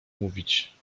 mówić